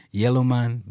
Yellowman